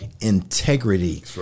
integrity